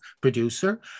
producer